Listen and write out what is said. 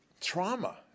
trauma